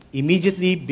immediately